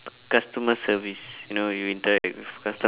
customer service you know you interact with customers